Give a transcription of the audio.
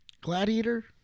gladiator